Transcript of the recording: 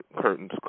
curtains